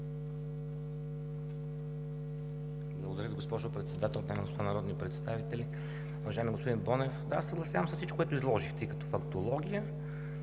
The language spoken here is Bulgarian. Благодаря Ви, госпожо Председател. Дами и господа народни представители! Уважаеми господин Бонев, да, съгласявам се с всичко, което изложихте и като фактология,